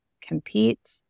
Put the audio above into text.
compete